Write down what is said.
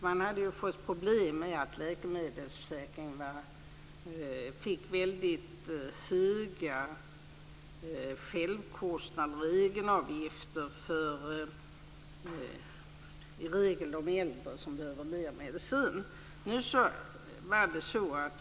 Man hade ju fått problem med att läkemedelsförsäkringen fick väldigt höga självkostnader och egenavgifter för de äldre som i regel behöver mer medicin.